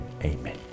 Amen